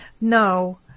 No